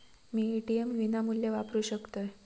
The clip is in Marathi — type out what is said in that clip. मी ए.टी.एम विनामूल्य वापरू शकतय?